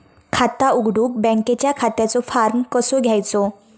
खाता उघडुक बँकेच्या खात्याचो फार्म कसो घ्यायचो?